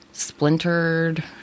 Splintered